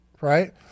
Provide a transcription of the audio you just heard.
right